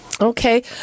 Okay